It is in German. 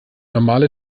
normale